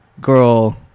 girl